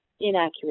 Inaccurate